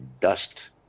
dust